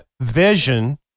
vision